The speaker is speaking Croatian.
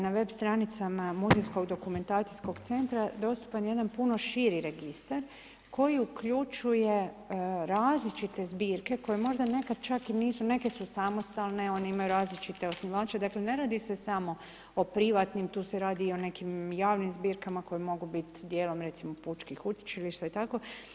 Na web stranicama muzejskog dokumentacijskog centra dostupan je jedan puno širi registar koji uključuje različite zbirke koje možda nekad čak i nisu, neke su samostalne, one imaju različite osnivače, dakle ne radi se samo o privatnim, tu se radi i o nekim javnim zbirkama koje mogu bit dijelom pučkih učilišta i tako.